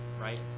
right